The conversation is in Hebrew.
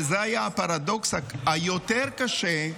וזה היה הפרדוקס היותר-קשה,